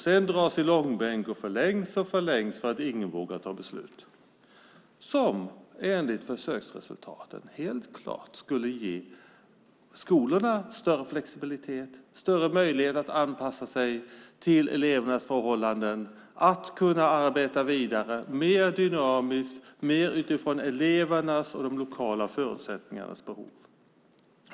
Sedan dras det i långbänk och förlängs för att ingen vågar fatta ett beslut som enligt försöksresultaten skulle ge skolorna större flexibilitet, större möjlighet att anpassa sig till elevernas förhållanden och möjlighet att arbeta vidare mer dynamiskt och mer utifrån elevernas och de lokala förutsättningarnas behov.